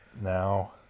now